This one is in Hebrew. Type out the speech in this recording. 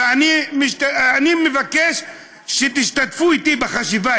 ואני מבקש שתשתתפו איתי בחשיבה,